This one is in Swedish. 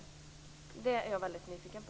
Detta är jag väldigt nyfiken på.